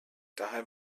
daher